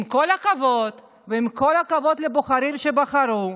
עם כל הכבוד, ועם כל הכבוד לבוחרים שבחרו,